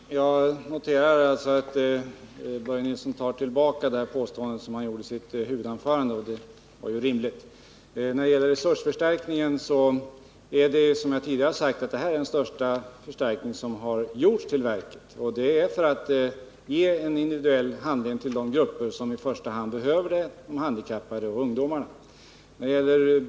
Herr talman! Jag noterar att Börje Nilsson tar tillbaka det uttalande han gjorde i sitt huvudanförande och det är ju rimligt. Den här resursförstärkningen är, som jag tidigare sagt, den största som gjorts till verket, och den har kommit till stånd för att ge en individuell handledning till de grupper som i första hand behöver det, nämligen de handikappade och ungdomarna.